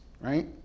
right